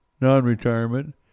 non-retirement